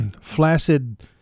flaccid